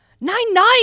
Nine-Nine